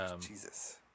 Jesus